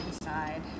inside